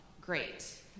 great